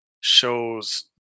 shows